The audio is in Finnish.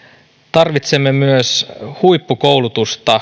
tarvitsemme myös huippukoulutusta